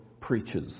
preaches